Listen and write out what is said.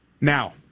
Now